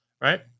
right